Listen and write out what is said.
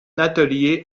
atelier